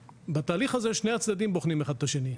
בתהליך הזה שני הצדדים בוחנים זה את זה.